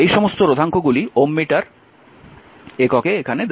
এই সমস্ত রোধাঙ্কগুলিই ওহম মিটার এককে এখানে দেওয়া হয়েছে